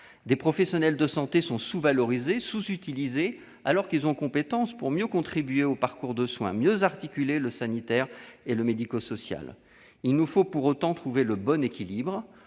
Des professionnels de santé sont sous-valorisés et sous-utilisés, alors qu'ils ont la compétence pour mieux contribuer aux parcours de soins et mieux articuler le sanitaire et le médico-social. Il nous faut trouver le bon équilibre